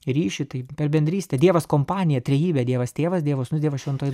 ryšį tai per bendrystę dievas kompanija trejybė dievas tėvas dievas sūnus dievas šventoji